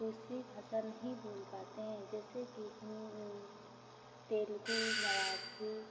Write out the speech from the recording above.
दूसरी भाषा नहीं बोल पातें है जैसे कि हिन्दी तेलुगू मराठी